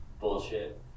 Bullshit